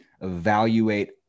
evaluate